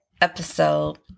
episode